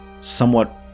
somewhat